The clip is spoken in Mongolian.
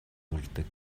хүрдэг